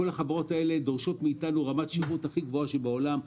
כל החברות האלו דורשות מאיתנו רמת שירות הכי גבוהה בעולם,